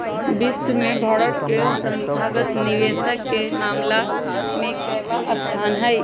विश्व में भारत के संस्थागत निवेशक के मामला में केवाँ स्थान हई?